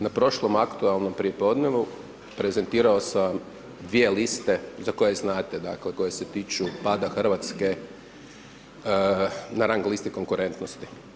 Na prošlom aktualnom prijepodnevu prezentirao sam vas dvije liste za koje znate dakle, koje se tiču pada Hrvatske na rang listi konkurentnosti.